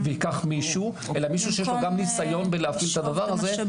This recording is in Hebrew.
מישהו שיש לו גם ניסיון בלהפעיל את הדבר הזה.